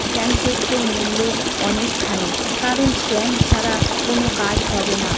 স্ট্যাম্পের তো মূল্য অনেকখানি কারণ স্ট্যাম্প ছাড়া কোনো কাজ হবে না